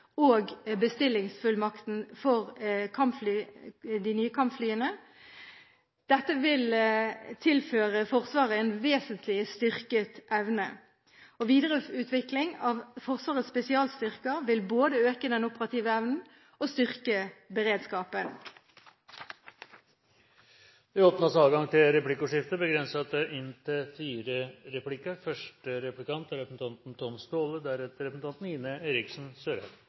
og bestillingsfullmakten for de nye kampflyene. Dette vil tilføre Forsvaret en vesentlig styrket evne. Videreutviklingen av Forsvarets spesialstyrker vil både øke den operative evnen og styrke beredskapen. Det blir replikkordskifte. Mener statsråden at de siste ukers medieoppslag om spesialstyrkene bidrar til